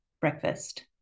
breakfast